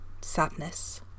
sadness